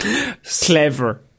Clever